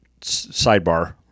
Sidebar